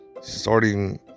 starting